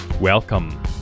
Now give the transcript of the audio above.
Welcome